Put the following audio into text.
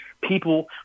people